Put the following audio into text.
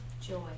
Joy